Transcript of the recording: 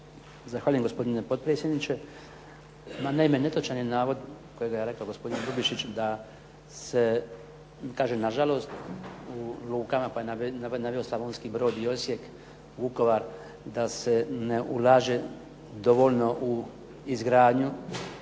Zahvaljujem gospodine potpredsjedniče. Ma naime netočan je navod kojega je rekao gospodin Grubišić da se kaže nažalost u lukama pa je naveo Slavonski Brod i Osijek, Vukovar da se ne ulaže dovoljno u izgradnju